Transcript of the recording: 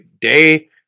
day